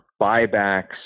buybacks